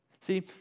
See